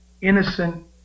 innocent